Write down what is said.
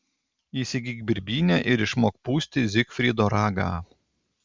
įsigyk birbynę ir išmok pūsti zigfrido ragą